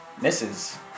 Misses